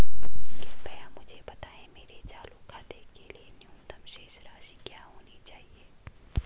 कृपया मुझे बताएं मेरे चालू खाते के लिए न्यूनतम शेष राशि क्या होनी चाहिए?